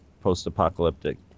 post-apocalyptic